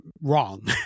wrong